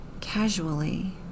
casually